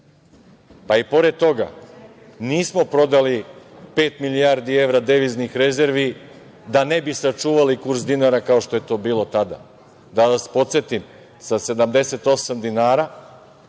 I pored toga, nismo prodali pet milijardi evra deviznih rezervi da ne bi sačuvali kurs dinara, kao što je to bilo tada. Da vas podsetim sa 78 dinara,